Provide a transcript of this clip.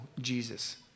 Jesus